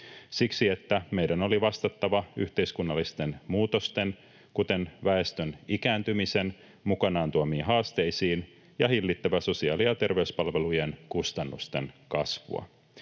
Siksi, että meidän oli vastattava yhteiskunnallisten muutosten, kuten väestön ikääntymisen, mukanaan tuomiin haasteisiin ja hillittävä sosiaali- ja terveyspalvelujen kustannusten kasvua.